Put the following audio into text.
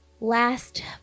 Last